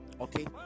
Okay